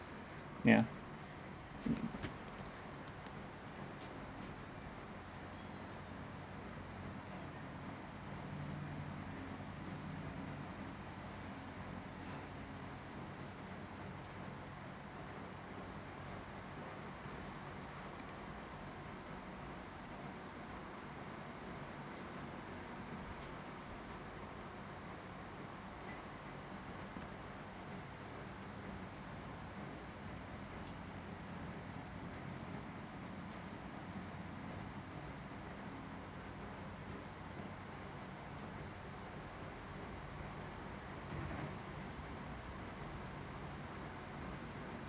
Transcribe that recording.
yeah mm